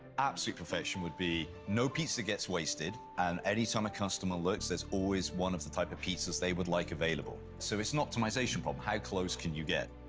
absolute perfection would be no pizza gets wasted, and anytime a customer looks, there's always one of the type of pizzas they would like available. so it's an optimization problem. how close can you get?